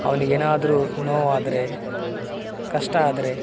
ಅವ್ನಿಗೆ ಏನಾದ್ರೂ ನೋವಾದರೆ ಕಷ್ಟ ಆದರೆ